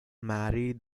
marry